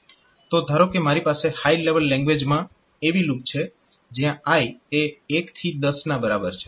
તો ધારો કે મારી પાસે હાય લેવલ લેંગ્વેજ માં એવી લૂપ છે જયાં i એ 1 થી 10 ના બરાબર છે